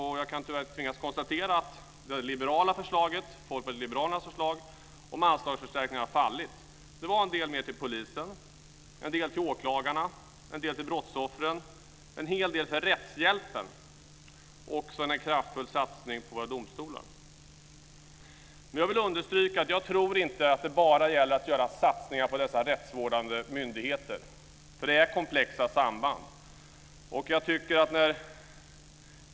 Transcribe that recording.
Jag tvingas konstatera att Folkpartiet liberalernas förslag om anslagsförstärkningar har fallit. Det innehöll en del mera till polisen, en del ytterligare till åklagarna, en del till brottsoffren, en hel del till rättshjälpen och en kraftig satsning på våra domstolar. Jag vill understryka att det inte bara gäller att göra satsningar på de rättsvårdande myndigheterna. Sambanden är komplexa.